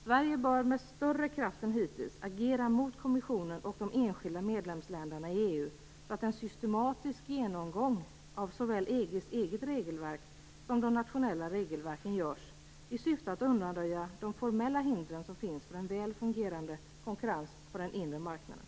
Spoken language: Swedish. Sverige bör med större kraft än hittills agera mot kommissionen och de enskilda medlemsländerna i EU, så att en systematisk genomgång av såväl EG:s eget regelverk som de nationella regelverken görs, i syfte att undanröja de formella hinder som finns för en väl fungerande konkurrens på den inre marknaden.